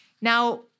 Now